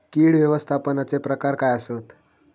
कीड व्यवस्थापनाचे प्रकार काय आसत?